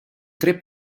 tre